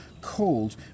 called